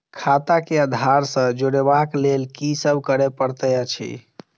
खाता केँ आधार सँ जोड़ेबाक लेल की सब करै पड़तै अछि?